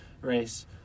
race